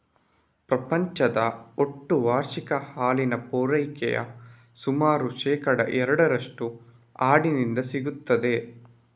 ಪ್ರಪಂಚದ ಒಟ್ಟು ವಾರ್ಷಿಕ ಹಾಲಿನ ಪೂರೈಕೆಯ ಸುಮಾರು ಶೇಕಡಾ ಎರಡರಷ್ಟು ಆಡಿನಿಂದ ಸಿಗ್ತದೆ